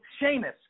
Seamus